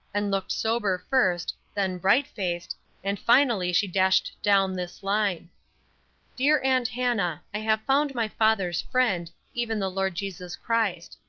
and looked sober first, then bright-faced, and finally she dashed down this line dear aunt hannah, i have found my father's friend, even the lord jesus christ.